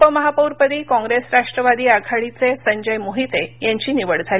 उपमहापौरपदी काँप्रेस राष्ट्रवादी आघाडीचे संजय मोहिते यांची निवड झाली